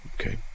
Okay